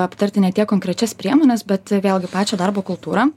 aptarti ne tiek konkrečias priemones bet vėlgi pačią darbo kultūrą